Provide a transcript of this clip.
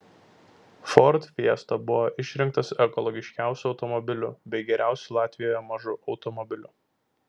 ford fiesta buvo išrinktas ekologiškiausiu automobiliu bei geriausiu latvijoje mažu automobiliu